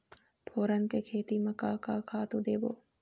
फोरन के खेती म का का खातू देबो?